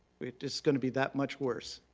it's gonna be that much worse.